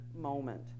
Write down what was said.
moment